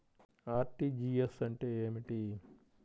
RTGS అంటే ఏమిటి?